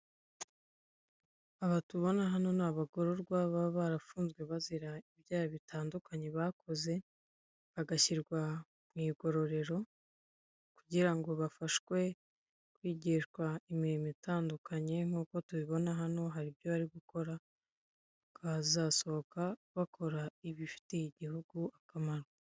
Aba tubona hano ni abagororwa baba barafunzwe bazira ibyaha bitandukanye bakoze, bagashyirwa mu igororero kugira ngo bafashwe kwigishwa imirimo itandukanye nk'uko tubibona hano hari ibyo bari gukora, bakazasohoka bakora ibifitiyre igihugu akamaro.